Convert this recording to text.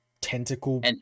tentacle